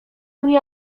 mnie